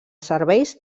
serveis